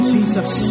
Jesus